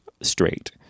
straight